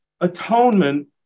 atonement